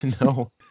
No